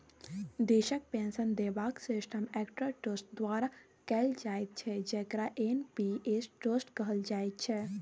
देशक पेंशन देबाक सिस्टम एकटा ट्रस्ट द्वारा कैल जाइत छै जकरा एन.पी.एस ट्रस्ट कहल जाइत छै